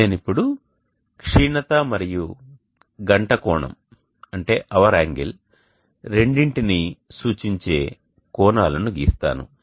నేను ఇప్పుడు క్షీణత మరియు గంట కోణం రెండింటిని సూచించే కోణాలను గీస్తాను